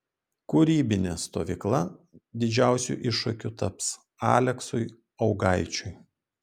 kūrybinė stovykla didžiausiu iššūkiu taps aleksui augaičiui